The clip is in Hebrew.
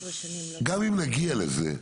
גם אם נגיע לזה,